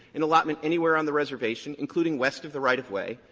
an allotment anywhere on the reservation, including west of the right-of-way.